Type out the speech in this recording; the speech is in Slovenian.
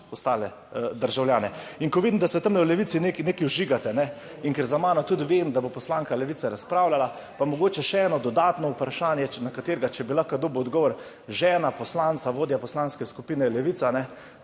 ostale državljane. In ko vidim, da se tam v Levici nekaj vžigate in ker za mano tudi vem, da bo poslanka Levice razpravljala, pa mogoče še eno dodatno vprašanje, na katerega, če bi lahko dobil odgovor. Žena poslanca, vodja Poslanske skupine Levica